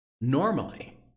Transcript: normally